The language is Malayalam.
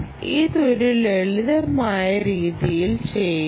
ഇത് ഒരു ലളിതമായ രീതിയിൽ ചെയ്യുന്നു